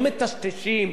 לא מטשטשים,